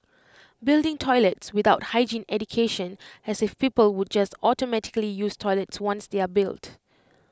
building toilets without hygiene education as if people would just automatically use toilets once they're built